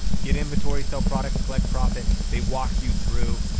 get inventory, sell products, collect profit. they walk you through,